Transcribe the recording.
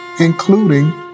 including